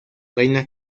reina